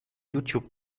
youtube